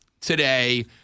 today